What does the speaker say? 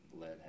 lead